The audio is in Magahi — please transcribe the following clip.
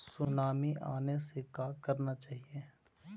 सुनामी आने से का करना चाहिए?